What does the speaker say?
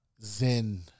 zen